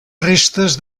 restes